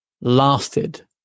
lasted